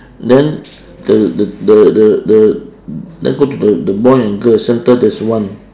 then the the the the the then go to the the boy and girl center there's one